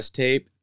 tape